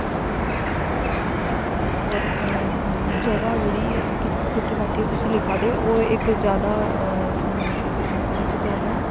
होर जगह् जेह्ड़ी कु'त्थें बैठिये तुस लिखा दे हो ओह् इक जादा इक जादा